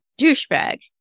douchebag